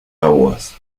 aguas